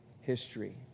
history